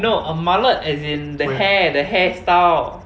no a mullet as in the hair the hairstyle